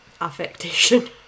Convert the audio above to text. affectation